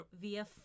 via